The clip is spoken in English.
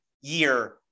year